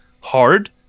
hard